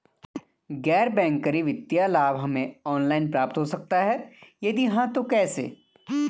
गैर बैंक करी वित्तीय लाभ हमें ऑनलाइन प्राप्त हो सकता है यदि हाँ तो कैसे?